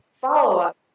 follow-up